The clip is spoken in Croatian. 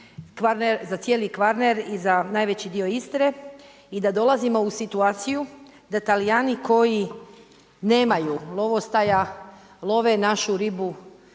za cijeli Kvarner i za najveći dio Istre, i da dolazim o u situaciju da Talijani koji nemaju lovostaja, love našu ribu,